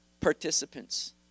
participants